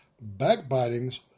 backbitings